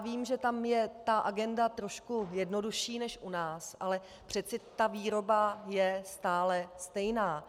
Vím, že tam je agenda trošku jednodušší než u nás, ale přeci výroba je stále stejná.